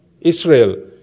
Israel